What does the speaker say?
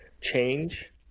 change